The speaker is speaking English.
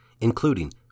including